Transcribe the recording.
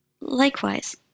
Likewise